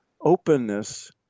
openness